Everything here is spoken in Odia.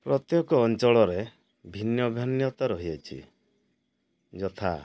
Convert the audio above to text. ପ୍ରତ୍ୟେକ ଅଞ୍ଚଳରେ ଭିନ୍ନଭିନ୍ନତା ରହିଅଛି ଯଥା